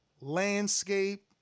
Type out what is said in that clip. landscape